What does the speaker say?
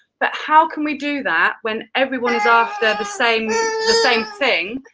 but how can we do that when everyone is after the same the same thing?